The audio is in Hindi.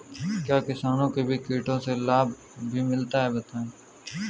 क्या किसानों को कीटों से लाभ भी मिलता है बताएँ?